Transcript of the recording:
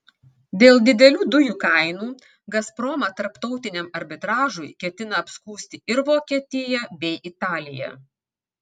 dėl didelių dujų kainų gazpromą tarptautiniam arbitražui ketina apskųsti ir vokietija bei italija